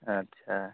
আচ্ছা